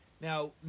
Now